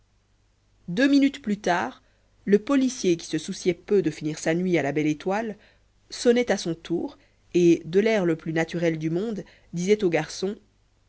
deux minutes plus tard le policier qui se souciait peu de finir sa nuit à la belle étoile sonnait à son tour et de l'air le plus naturel du monde disait au garçon